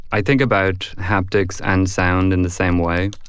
i think about haptics and sound in the same way.